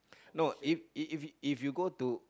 no if you go to